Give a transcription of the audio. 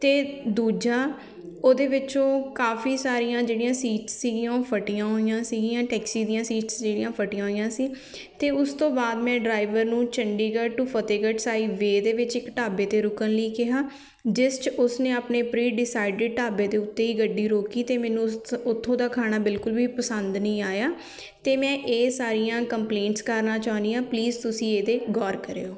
ਅਤੇ ਦੂਜਾ ਉਹਦੇ ਵਿੱਚੋਂ ਕਾਫੀ ਸਾਰੀਆਂ ਜਿਹੜੀਆਂ ਸੀਟਸ ਸੀਗੀਆਂ ਉਹ ਫਟੀਆਂ ਹੋਈਆਂ ਸੀਗੀਆਂ ਟੈਕਸੀ ਦੀਆਂ ਸੀਟਸ ਜਿਹੜੀਆਂ ਫਟੀਆਂ ਹੋਈਆਂ ਸੀ ਅਤੇ ਉਸ ਤੋਂ ਬਾਅਦ ਮੈਂ ਡਰਾਈਵਰ ਨੂੰ ਚੰਡੀਗੜ੍ਹ ਟੂ ਫਤਿਹਗੜ੍ਹ ਸਾਹਿਬ ਵੇ ਦੇ ਵਿੱਚ ਇੱਕ ਢਾਬੇ 'ਤੇ ਰੁਕਣ ਲਈ ਕਿਹਾ ਜਿਸ 'ਚ ਉਸਨੇ ਆਪਣੇ ਪ੍ਰੀ ਡਿਸਾਈਡਿਡ ਢਾਬੇ ਦੇ ਉੱਤੇ ਹੀ ਗੱਡੀ ਰੋਕੀ ਅਤੇ ਮੈਨੂੰ ਉਸ ਉੱਥੋਂ ਦਾ ਖਾਣਾ ਬਿਲਕੁਲ ਵੀ ਪਸੰਦ ਨਹੀਂ ਆਇਆ ਅਤੇ ਮੈਂ ਇਹ ਸਾਰੀਆਂ ਕੰਪਲੇਂਟਸ ਕਰਨਾ ਚਾਹੁੰਦੀ ਹਾਂ ਪਲੀਜ਼ ਤੁਸੀਂ ਇਹਦੇ ਗੌਰ ਕਰਿਓ